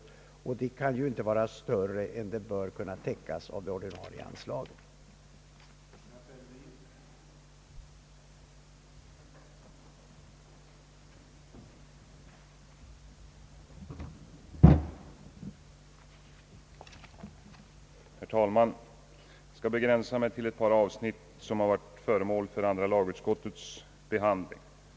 Det beloppet kan inte vara större än att det bör kunna täckas av det ordinarie anslaget, som är ett förslagsanslag.